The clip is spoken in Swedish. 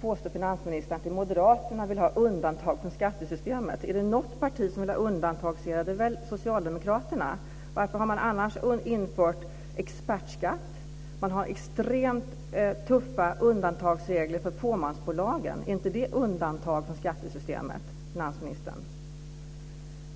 påstår finansministern att moderaterna vill ha undantag från skattesystemet. Är det något parti som vill ha undantag är det väl socialdemokraterna. Varför har man annars infört expertskatt? Man har extremt tuffa undantagsregler för fåmansbolagen. Är inte det undantag från skattesystemet, finansministern?